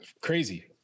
Crazy